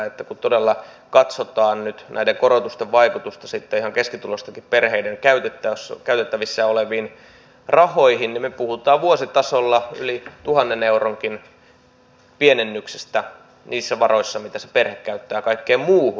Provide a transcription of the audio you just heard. kun todella katsotaan nyt näiden korotusten vaikutusta sitten ihan keskituloistenkin perheiden käytettävissä oleviin rahoihin niin me puhumme vuositasolla yli tuhannenkin euron pienennyksestä niissä varoissa mitä se perhe käyttää kaikkeen muuhun